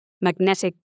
magnetic